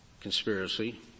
conspiracy